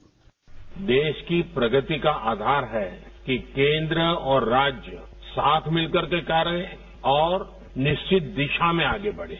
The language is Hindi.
बाइट देश की प्रगति का आधार है कि केंद्र और राज्य साथ मिल करके कार्य करें और निश्चित दिशा में आगे बढ़े